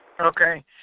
Okay